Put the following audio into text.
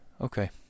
okay